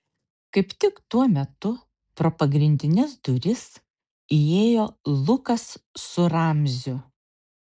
kaip tik tuo metu pro pagrindines duris įėjo lukas su ramziu